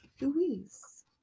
Louise